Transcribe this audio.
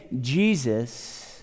Jesus